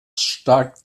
stark